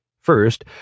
First